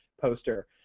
poster